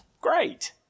Great